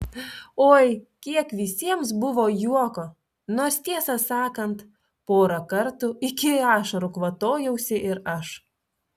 oi kiek visiems buvo juoko nors tiesą sakant porą kartų iki ašarų kvatojausi ir aš